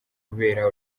kubera